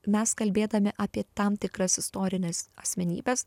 mes kalbėdami apie tam tikras istorines asmenybes